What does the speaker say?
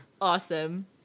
awesome